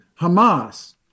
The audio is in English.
Hamas